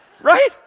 Right